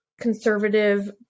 conservative